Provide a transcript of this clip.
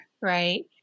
right